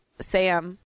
Sam